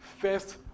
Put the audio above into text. First